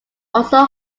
also